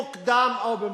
במוקדם או במאוחר.